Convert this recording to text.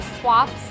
swaps